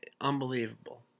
Unbelievable